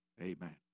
Amen